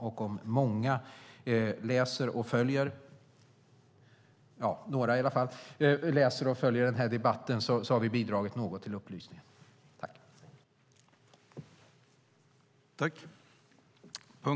Om några läser och följer denna debatt har vi bidragit något till upplysningen.